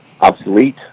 Obsolete